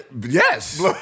Yes